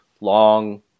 long